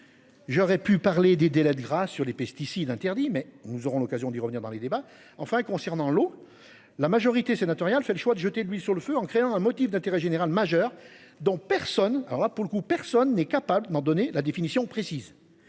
J'aurais pu parler des délais de grâce sur les pesticides interdits mais nous aurons l'occasion d'y revenir dans les débats. Enfin, concernant l'eau. La majorité sénatoriale fait le choix de jeter de l'huile sur le feu en créant un motif d'intérêt général majeure dont personne, alors là pour le coup, personne n'est capable d'en donner la définition précise.